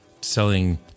selling